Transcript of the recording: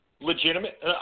legitimate